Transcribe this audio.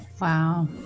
Wow